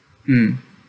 mm